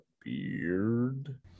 beard